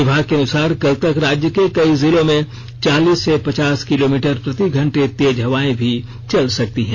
विभाग के अनुसार कल तक राज्य के कई जिलों में चालीस से पचास किलोमीटर प्रति घंटे तेज हवाएं भी चल सकती हैं